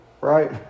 Right